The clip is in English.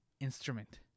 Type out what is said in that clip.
instrument